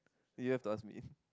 you have to ask me